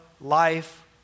life